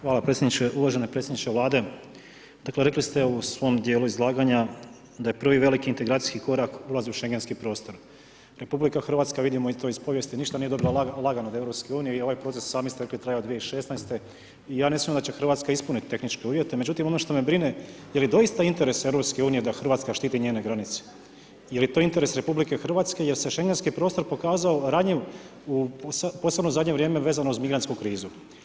Hvala predsjedniče, uvaženi predsjedniče Vlade dakle rekli ste u svom dijelu izlaganja da je prvi veliki integracijski korak ulaz u Šengenski prostor, RH vidimo i to iz povijesti ništa nije dobila lagano od Europske unije i ovaj proces sami ste rekli traje od 2016. i ja ne sumnjam da će Hrvatska ispunit tehničke uvjete, međutim ono što me brine je li doista interes Europske unije da Hrvatska štiti njene granice, je li to interes RH jer se Šengenski prostor pokazao ranjiv posebno u zadnje vrijeme vezano uz migrantsku krizu.